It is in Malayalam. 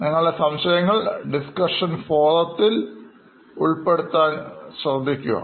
നിങ്ങളുടെ സംശയങ്ങൾ ഡിസ്കഷൻ ഫോറത്തിലും ഉൾപ്പെടുത്താൻ ശ്രദ്ധിക്കുമല്ലോ